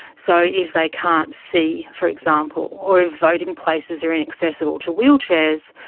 so if they can't see, for example, or if voting places are inaccessible to wheelchairs.